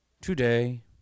today